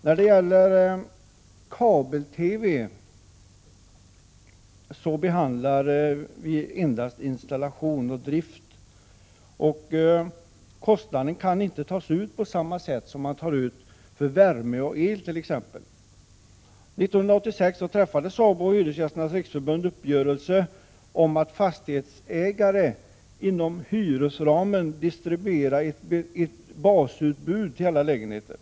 När det gäller kabel-TV behandlar vi endast installation och drift. Kostnaden kan inte tas ut på samma sätt som man tar ut kostnader för t.ex. värme och el. 1986 träffade SABO och Hyresgästernas riksförbund en uppgörelse om att fastighetsägare inom hyresramen distribuerar ett basutbud till alla lägenheter.